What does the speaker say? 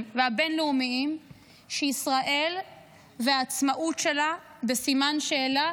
והבין-לאומיים שישראל והעצמאות שלה בסימן שאלה,